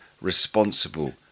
responsible